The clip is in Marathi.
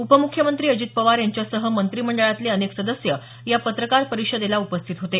उपमुख्यमंत्री अजित पवार यांच्यासह मंत्रिमंडळातले अनेक सदस्य या पत्रकार परिषदेला उपस्थित होते